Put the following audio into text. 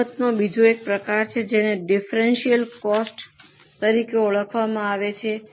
કિંમતનો બીજો એક પ્રકાર છે જેને ડિફરન્સલ કોસ્ટ તરીકે ઓળખવામાં આવે છે